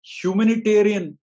humanitarian